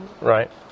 right